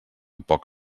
poc